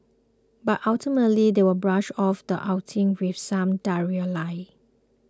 but ultimately they will brush off the outing with some diarrhoea lie